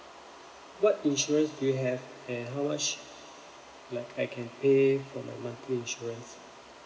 what insurance do you have and how much like I can pay for my monthly insurance